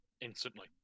instantly